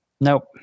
Nope